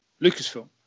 Lucasfilm